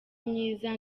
myiza